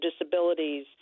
disabilities